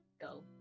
go